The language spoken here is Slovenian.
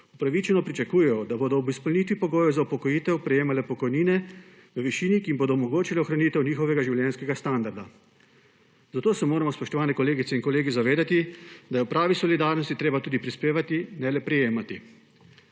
upravičeno pričakujejo, da bodo ob izpolnitvi pogojev za upokojitev prejemale pokojnine v višini, ki jim bodo omogočile ohranitev njihovega življenjskega standarda. Zato se moramo, spoštovane kolegice in kolegi, zavedati, da je v pravi solidarnosti treba tudi prispevati, ne le prejemati.